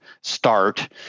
start